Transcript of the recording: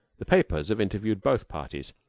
the papers have interviewed both parties,